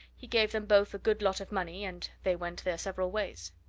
he gave them both a good lot of money and they went their several ways.